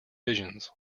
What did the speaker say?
visions